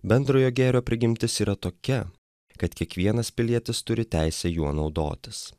bendrojo gėrio prigimtis yra tokia kad kiekvienas pilietis turi teisę juo naudotis